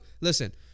listen